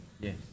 Yes